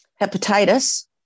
hepatitis